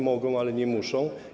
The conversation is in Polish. Mogą, ale nie muszą.